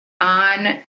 on